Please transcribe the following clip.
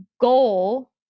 goal